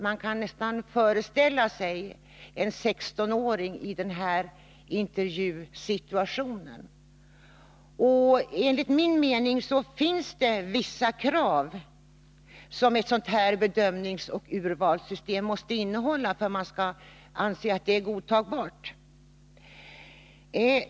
Man kan nästan föreställa sig en 16-åring i den här intervjusituationen. Enligt min mening finns det vissa krav som ett sådant här bedömningsoch urvalssystem måste innehålla för att man skall anse att det är godtagbart.